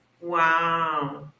Wow